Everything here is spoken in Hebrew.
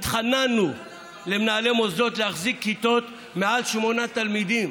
התחננו למנהלי מוסדות להחזיק כיתות מעל שמונה ילדים,